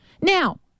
now